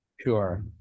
Sure